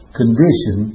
condition